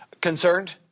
concerned